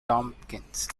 tompkins